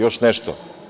Još nešto.